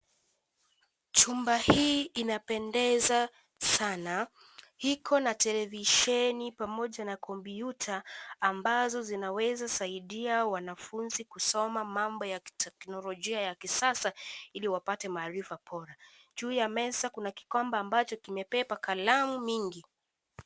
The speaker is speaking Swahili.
Chumba hii inapendeza sana. Iko na televisheni pamoja na kompyuta ambazo zinaweza saidia wanafunzi kusoma mambo ya teknolojia ya kisasa ili wapate maarifa bora. Juu ya meza kuna kikombe ambacho kimebeba kalamu mingi.